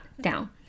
down